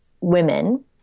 women